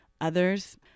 others